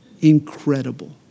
Incredible